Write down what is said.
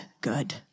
good